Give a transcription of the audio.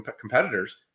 competitors